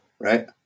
right